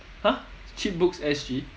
!huh! cheap books S_G